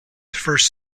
first